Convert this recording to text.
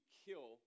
kill